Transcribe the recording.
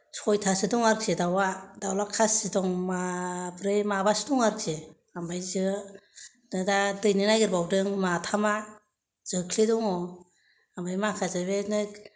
सयथासो दं आरोखि दाउआ दाउला खासि दं माब्रै माबासो दं आरोखि ओमफ्राय जो दा दैनो नागिरबावदों माथामा जोख्लि दङ ओमफ्राय माखासे बेबादिनो